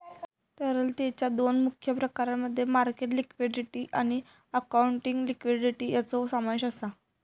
तरलतेच्या दोन मुख्य प्रकारांमध्ये मार्केट लिक्विडिटी आणि अकाउंटिंग लिक्विडिटी यांचो समावेश आसा